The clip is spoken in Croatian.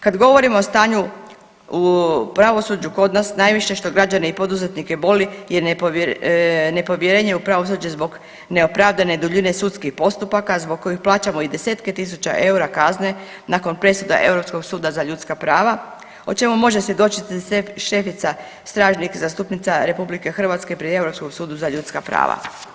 Kad govorimo o stanju u pravosuđu kod nas najviše što građane i poduzetnike boli je nepovjerenje u pravosuđe zbog neopravdane duljine sudskih postupaka zbog kojih plaćamo i desetke tisuća EUR-a kazne nakon presuda Europskog suda za ljudska prava o čemu može svjedočiti Štefica …/nerazumljivo/… zastupnica RH pri Europskom sudu za ljudska prava.